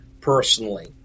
personally